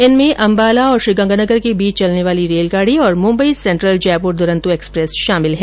इनमें अंबाला और श्रीगंगानगर के बीच चलने वाली रेलगाड़ी तथा मुंबई सेंट्रल जयपुर दुरंतो एक्सप्रेस शामिल है